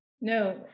no